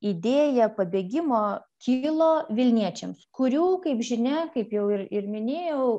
idėja pabėgimo kilo vilniečiams kurių kaip žinia kaip jau ir ir minėjau